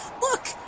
Look